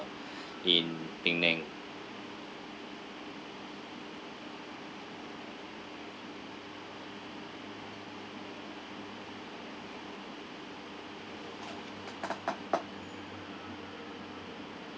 in penang